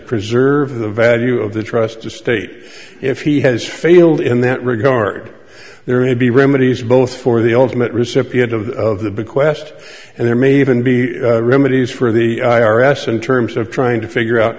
preserve the value of the trust estate if he has failed in that regard there may be remedies both for the ultimate recipient of the bequest and there may even be remedies for the i r s in terms of trying to figure out